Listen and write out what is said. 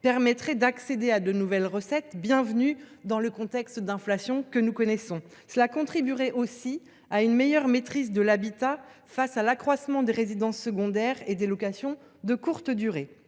permettrait d’accéder à de nouvelles recettes, bienvenues dans le contexte d’inflation que nous connaissons. Cette mesure contribuerait aussi à une meilleure maîtrise de l’habitat, face à l’accroissement du nombre des résidences secondaires et des locations de courte durée.